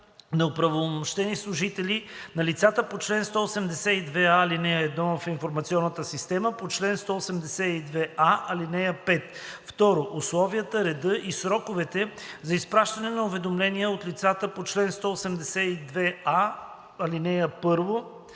на оправомощени служители на лицата по чл. 182а, ал. 1 в информационната система по чл. 182а, ал. 5; 2. условията, реда и сроковете за изпращане на уведомления от лицата по чл. 182а, ал. 1